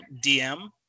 DM